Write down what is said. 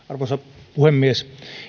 arvoisa puhemies